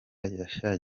yashyize